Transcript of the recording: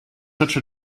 such